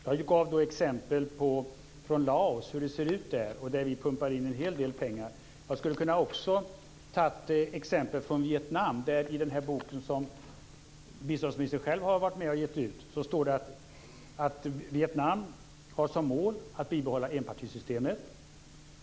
Jag gav då exempel från Laos och hur det ser ut där, och där vi pumpar in en hel del pengar. Jag skulle också ha kunnat ta exempel från Vietnam. I den bok som biståndsministern själv har varit med och gett ut står det att Vietnam har som mål att bibehålla enpartisystemet.